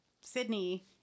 Sydney